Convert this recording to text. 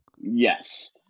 Yes